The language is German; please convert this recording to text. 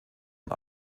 und